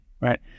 right